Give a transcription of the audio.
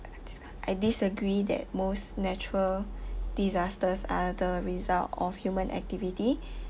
I disagree that most natural disasters are the result of human activity